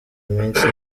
iminsi